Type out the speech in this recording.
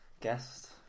guest